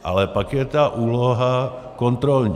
Ale pak je ta úloha kontrolní.